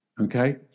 Okay